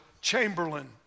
Chamberlain